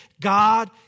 God